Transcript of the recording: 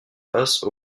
face